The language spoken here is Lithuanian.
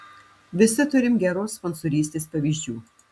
visi turim geros sponsorystės pavyzdžių